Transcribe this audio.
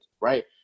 right